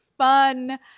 Fun